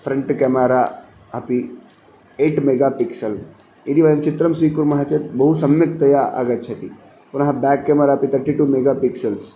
front camera अपि eight megapixel यदि वयं चित्रं स्वीकुर्मः चेत् बहु सम्यक्तया आगच्छति पुनः बेक् केमरा अपि तर्टिटु मेगापिक्सल्स्